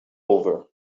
over